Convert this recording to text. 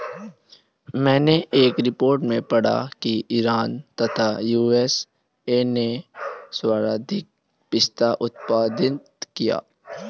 मैनें एक रिपोर्ट में पढ़ा की ईरान तथा यू.एस.ए ने सर्वाधिक पिस्ता उत्पादित किया